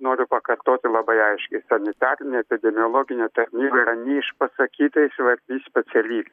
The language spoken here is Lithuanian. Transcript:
noriu pakartoti labai aiškiai sanitarinė epidemiologinė tarnyba yra neišpasakytai svarbi specialybė